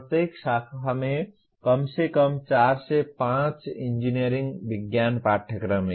प्रत्येक शाखा में कम से कम 4 5 इंजीनियरिंग विज्ञान पाठ्यक्रम हैं